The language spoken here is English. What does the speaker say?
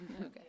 Okay